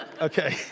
okay